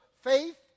faith